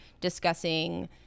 discussing